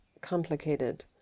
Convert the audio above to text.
complicated